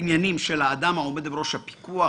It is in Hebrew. של האדם העומד בראש הפיקוח,